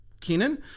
Kenan